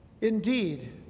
indeed